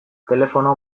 telefono